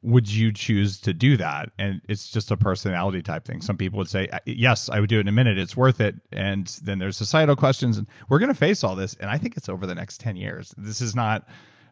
would you choose to do that? and it's just a personality type thing. some people would say, yes, i would do it in a minute. it's worth it. and then there are societal questions and we're going to face all this, and i think it's over the next ten years. this is not